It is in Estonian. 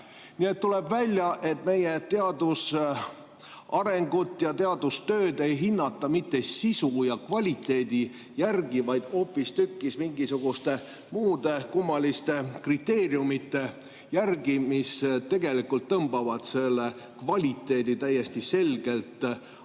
Nii et tuleb välja, et meie teadusarengut ja teadustööd ei hinnata mitte sisu ja kvaliteedi järgi, vaid hoopistükkis mingisuguste muude kummaliste kriteeriumide järgi, mis tegelikult tõmbavad selle kvaliteedi täiesti selgelt alla,